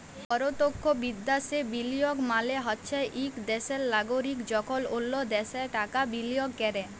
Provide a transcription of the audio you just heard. পরতখ্য বিদ্যাশে বিলিয়গ মালে হছে ইক দ্যাশের লাগরিক যখল অল্য দ্যাশে টাকা বিলিয়গ ক্যরে